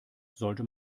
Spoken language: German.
sollte